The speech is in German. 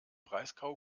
breisgau